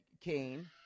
came